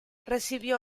recibió